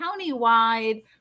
countywide